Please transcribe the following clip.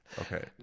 Okay